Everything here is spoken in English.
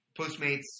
Postmates